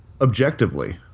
objectively